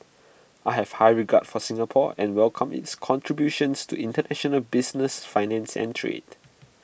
I have high regard for Singapore and welcome its contributions to International business finance and trade